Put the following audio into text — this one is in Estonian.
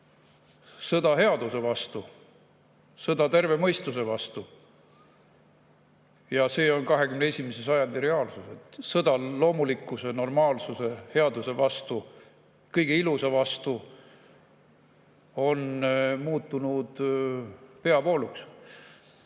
sõda headuse vastu, sõda terve mõistuse vastu. See on 21. sajandi reaalsus, et sõda loomulikkuse, normaalsuse ja headuse vastu, kõige ilusa vastu on muutunud peavooluks.